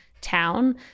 town